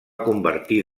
convertir